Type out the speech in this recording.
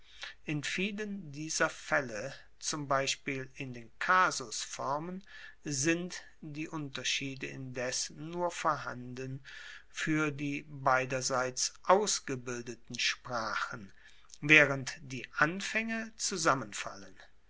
in vielen dieser faelle zum beispiel in den kasusformen sind die unterschiede indes nur vorhanden fuer die beiderseits ausgebildeten sprachen waehrend die anfaenge zusammenfallen